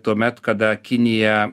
tuomet kada kinija